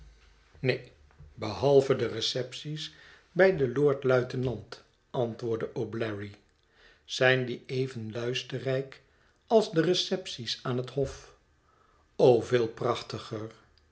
neen behalve de receptie's bij den lord luitenant antwoordde o'bleary zijn die even luisterrijk als de recepties aan het hof veel prachtiger